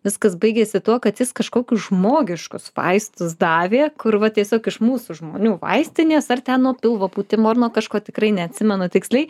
viskas baigėsi tuo kad jis kažkokius žmogiškus vaistus davė kur va tiesiog iš mūsų žmonių vaistinės ar ten nuo pilvo pūtimo ar nuo kažko tikrai neatsimenu tiksliai